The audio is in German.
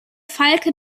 falke